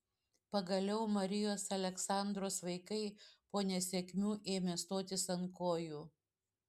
pagaliau marijos aleksandros vaikai po nesėkmių ėmė stotis ant kojų